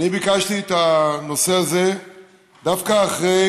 אני ביקשתי את הנושא הזה דווקא אחרי